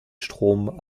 strom